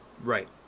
Right